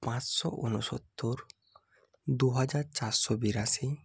পাঁচশো ঊনসত্তর দু হাজার চারশো বিরাশি